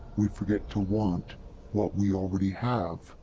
we forget to want what we already have.